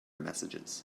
messages